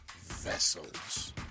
Vessels